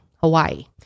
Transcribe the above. Hawaii